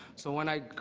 so when i